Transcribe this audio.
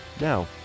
Now